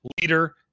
leader